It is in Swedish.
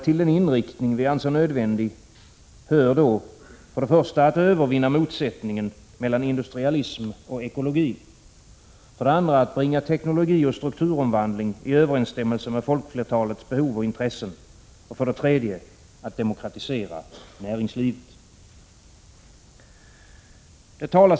Till den inriktning vi anser nödvändig hör för det första att övervinna motsättningen mellan industrialism och ekologi, för det andra att bringa teknologi och strukturomvandling i överensstämmelse med folkflertalets behov och intressen och för det tredje att demokratisera näringslivet.